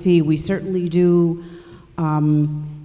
see we certainly do